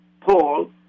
Paul